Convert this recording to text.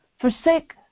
forsake